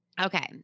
Okay